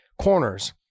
Corners